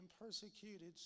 persecuted